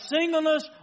singleness